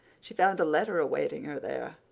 she found a letter awaiting her there,